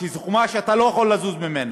וזה חומה שאתה לא יכול לזוז ממנה.